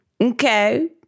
Okay